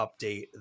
update